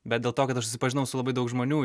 bet dėl to kad aš susipažinau su labai daug žmonių